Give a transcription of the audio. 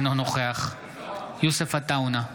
אינו נוכח יוסף עטאונה,